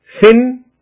thin